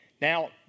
Now